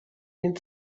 den